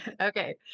Okay